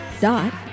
dot